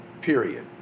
period